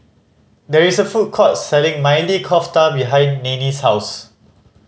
there is a food court selling Maili Kofta behind Neenie's house